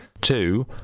Two